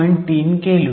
3 kelvin